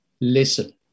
listen